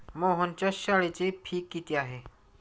मोहनच्या शाळेची फी किती आहे?